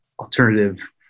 alternative